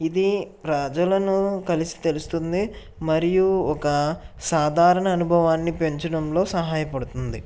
ఇది ప్రజలను కలిసి తెలుస్తుంది మరియు ఒక సాధారణ అనుభవాన్ని పెంచడంలో సహాయపడుతుంది